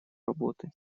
работы